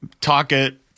Talkit